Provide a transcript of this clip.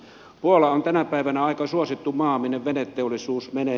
puola on tänä päivänä aika suosittu maa minne veneteollisuus menee